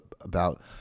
about-